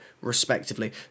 respectively